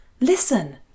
Listen